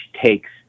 takes